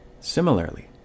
Similarly